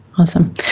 Awesome